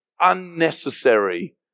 unnecessary